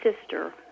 sister